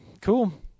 Cool